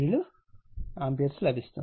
87o ampere లభిస్తుంది